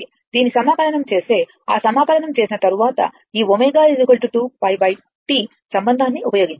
దీన్ని సమాకలనం చేస్తే ఆ సమాకలనం చేసిన తర్వాత ఈ ω 2π T సంబంధాన్ని ఉపయోగించండి